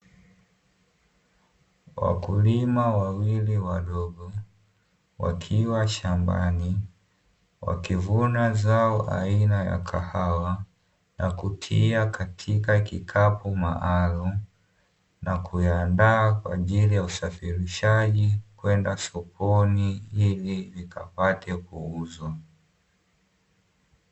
Wakulima wawili wadogo wakiwa shambani, wakivuna zao aina ya kahawa na kutia katika kikapu maalumu, na kuyaandaa kwa ajili ya usafirishaji kwenda sokoni ili likapate kuuzwa.